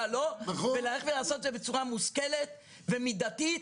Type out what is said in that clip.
לו ולעשות זאת בצורה מושכלת ומידתית.